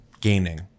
gaining